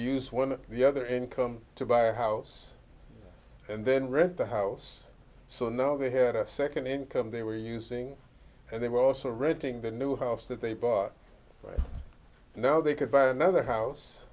use one of the other income to buy a house and then read the house so now they had a second income they were using and they were also reading the new house that they bought right now they could buy another house